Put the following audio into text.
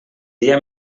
dia